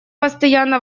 постоянно